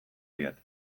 diet